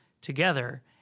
Together